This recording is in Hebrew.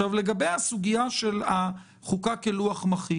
לגבי הסוגיה של החוקה כלוח מחיק